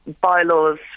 bylaws